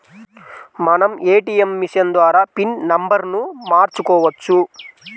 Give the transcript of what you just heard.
మనం ATM machine ద్వారా PIN నెంబర్ను మార్చుకోవచ్చు